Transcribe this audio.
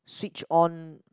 switch on